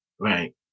Right